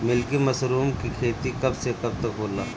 Milky mushroom के खेती कब से कब तक होला?